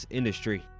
industry